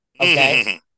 Okay